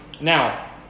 Now